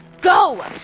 go